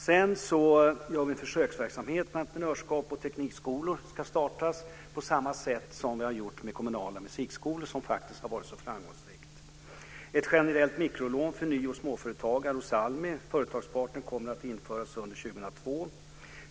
Sedan ska en försöksverksamhet med entreprenörskap och teknikskolor startas på samma sätt som vi har gjort med kommunala musikskolor, det som ju faktiskt har varit så framgångsrikt. Ett generellt mikrolån för ny och småföretagare hos ALMI Företagspartner kommer att införas under 2002.